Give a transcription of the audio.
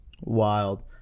wild